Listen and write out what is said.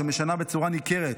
שמשנה בצורה ניכרת